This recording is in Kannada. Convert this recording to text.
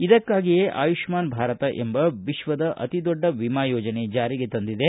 ಇದಕ್ಕಾಗಿಯೇ ಆಯುಷ್ಠಾನ್ ಭಾರತ್ ಎಂಬ ವಿಶ್ವದ ಅತಿ ದೊಡ್ಡ ವಿಮಾ ಯೋಜನೆ ಜಾರಿಗೆ ತಂದಿದೆ